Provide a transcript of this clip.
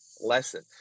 lesson